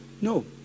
No